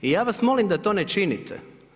I ja vas molim da to ne činite.